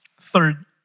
Third